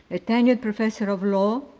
a tenured professor of law,